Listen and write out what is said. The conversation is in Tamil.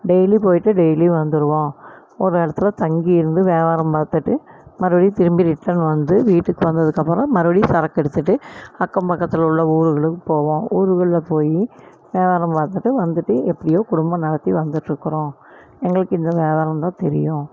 டெய்லி போயிட்டு டெய்லியும் வந்துடுவோம் ஒரு இடத்துல தங்கி இருந்து வியாபாரம் பார்த்துட்டு மறுபடி திரும்பி ரிட்டன் வந்து வீட்டுக்கு வந்ததுக்கப்புறம் மறுபடியும் சரக்கு எடுத்துட்டு அக்கம் பக்கத்தில் உள்ள ஊர்களுக்கு போவோம் ஊர்கள்ல போய் வியாபாரம் பார்த்துட்டு வந்துட்டு எப்படியோ குடும்பம் நடத்தி வந்துகிட்ருக்குறோம் எங்களுக்கு இந்த வியாபாரம்தான் தெரியும்